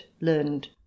learned